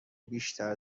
بیشتر